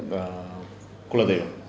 குல தெய்வம்:kula deivam